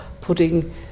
putting